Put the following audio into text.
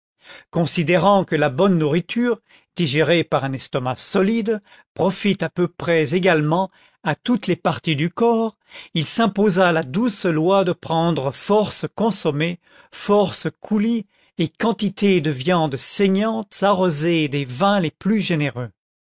considérant que la bonne nourriture digérée par un estomac solide profite à peu près également à toutes les parties du corps il s'imposa la douce loi de prendre force consommés force coulis et quantité de viandes saignantes arrosées des vins les plus généreux